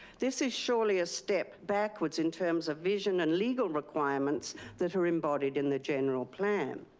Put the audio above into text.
this is surely a step backwards in terms of vision and legal requirements that are embodied in the general plan.